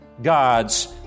God's